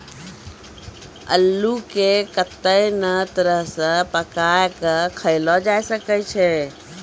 अल्लू के कत्ते नै तरह से पकाय कय खायलो जावै सकै छै